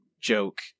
joke